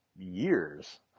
years